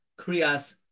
Kriyas